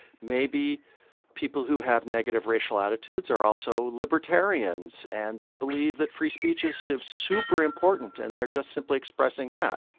maybe people who have negative racial attitudes are also libertarians, and they believe that free speech is super important, and they're just simply expressing that.